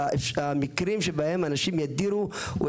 אני